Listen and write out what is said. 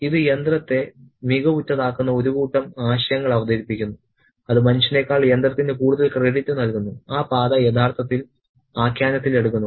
ഇത് യന്ത്രത്തെ മികവുറ്റതാക്കുന്ന ഒരു കൂട്ടം ആശയങ്ങൾ അവതരിപ്പിക്കുന്നു അത് മനുഷ്യനേക്കാൾ യന്ത്രത്തിന് കൂടുതൽ ക്രെഡിറ്റ് നൽകുന്നു ആ പാത യഥാർത്ഥത്തിൽ ആഖ്യാനത്തിൽ എടുക്കുന്നു